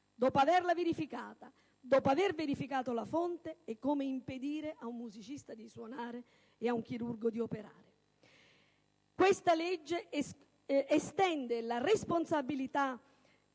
dopo averla verificata e dopo averne verificato la fonte, è come impedire a un musicista di suonare o a un chirurgo di operare. Questo disegno di legge estende la responsabilità